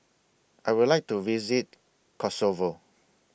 I Would like to visit Kosovo